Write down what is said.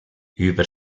über